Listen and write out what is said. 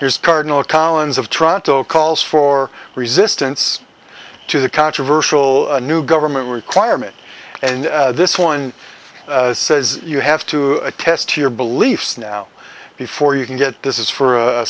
here's cardinal collins of tronto calls for resistance to the controversial new government requirement and this one says you have to test your beliefs now before you can get this is for a